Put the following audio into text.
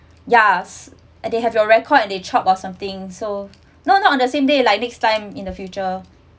ya and they have your record and they chop or something so no no not on the same day like next time in the future